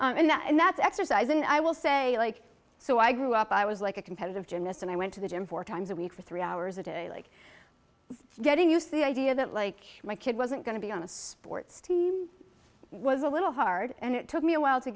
joke and that's exercise and i will say like so i grew up i was like a competitive gymnast and i went to the gym four times a week for three hours a day like getting used the idea that like my kid wasn't going to be on a sports team was a little hard and it took me a while to